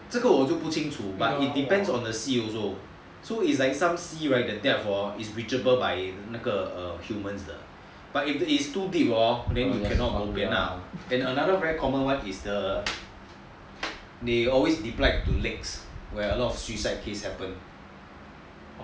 这个我就不清楚 but it depends on the sea also so is like some sea right the depth is reachable by humans but if it's too deep hor then bo pian lah and another very common one is the they always drop in the lakes where a lot of suicide case happens